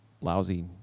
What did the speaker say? lousy